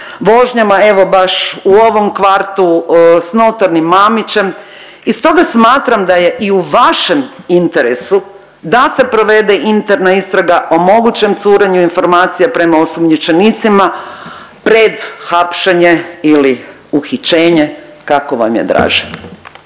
vožnjama evo baš u ovom kvartu sa notornim Mamićem i stoga smatram da je i u vašem interesu da se provede interna istraga o mogućem curenju informacija prema osumnjičenicima pred hapšenje ili uhićenje kako vam je draže.